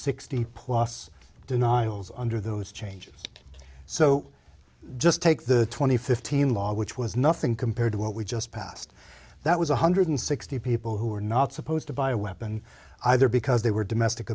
sixty plus denials under those changes so just take the twenty fifteen law which was nothing compared to what we just passed that was one hundred sixty people who were not supposed to buy a weapon either because they were domestic